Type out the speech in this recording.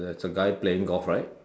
there's a guy playing golf right